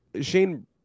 Shane